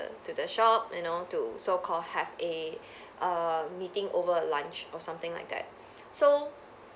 the to the shop you know to so called have a err meeting over lunch or something like that so